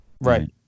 Right